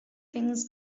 things